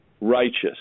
righteous